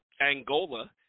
Angola